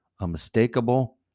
unmistakable